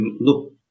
look